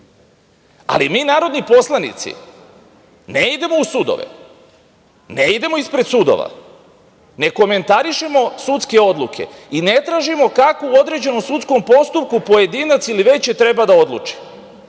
ali mi narodni poslanici ne idemo u sudove, ne idemo ispred sudova, ne komentarišemo sudske odluke i ne tražimo kako u određenom sudskom postupku pojedinac ili veće treba da odluči.